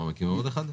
מקימים עוד אחד?